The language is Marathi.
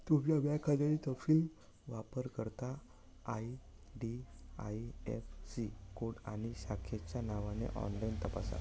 तुमचा बँक खाते तपशील वापरकर्ता आई.डी.आई.ऍफ़.सी कोड आणि शाखेच्या नावाने ऑनलाइन तपासा